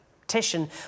petition